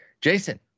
Jason